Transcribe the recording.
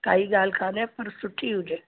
काई ॻाल्हि कोन्हे पर सुठी हुजे